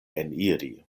eniri